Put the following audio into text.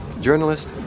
Journalist